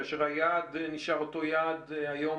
כאשר היעד נשאר אותו יעד היום,